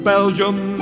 Belgium